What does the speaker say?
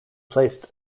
placed